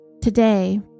Today